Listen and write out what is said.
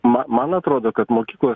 ma man atrodo kad mokyklos